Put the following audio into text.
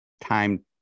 time